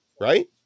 right